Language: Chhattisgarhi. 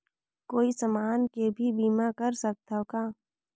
कोई समान के भी बीमा कर सकथव का?